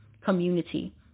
community